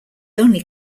only